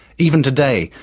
even today,